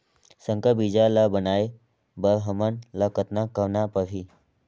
संकर बीजा ल बनाय बर हमन ल कतना करना परही?